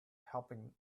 helping